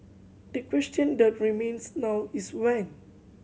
the question that remains now is when